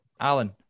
Alan